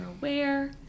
aware